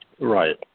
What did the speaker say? Right